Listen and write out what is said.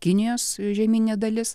kinijos žemyninė dalis